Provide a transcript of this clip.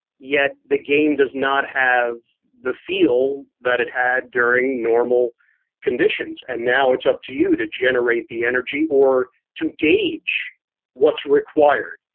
yet the game does not have the feel that it had during normal conditions. and now it's up to you to generate the energy or to gauge what's required.